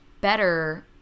better